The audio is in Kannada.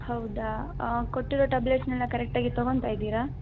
ಹೌದಾ ಹಾಂ ಕೊಟ್ಟಿರೋ ಟ್ಯಾಬ್ಲೆಟ್ಸ್ನೆಲ್ಲ ಕರೆಕ್ಟಾಗಿ ತೊಗೊಂತ ಇದ್ದೀರಾ